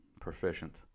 Proficient